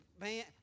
Man